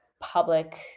public